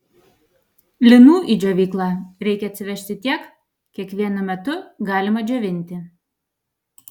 linų į džiovyklą reikia atsivežti tiek kiek vienu metu galima džiovinti